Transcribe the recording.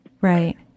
Right